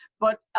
but,